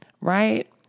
right